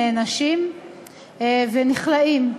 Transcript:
נענשים ונכלאים.